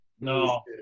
No